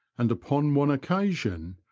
and upon one occasion,